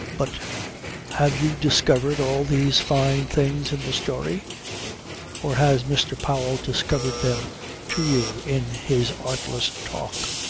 but have you discovered all these fine things in the story or has mr. powell discovered them to you in his artless talk?